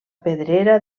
pedrera